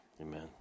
Amen